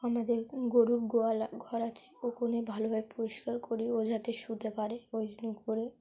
আমাদের গরুর গোয়াল ঘর আছে ওখানে ভালোভাবে পরিষ্কার করি ও যাতে শুতে পারে ওই করে